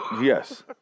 Yes